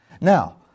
Now